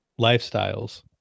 lifestyles